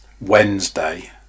Wednesday